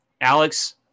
Alex